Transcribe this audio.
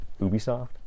Ubisoft